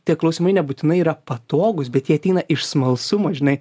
tie klausimai nebūtinai yra patogūs bet jie ateina iš smalsumo žinai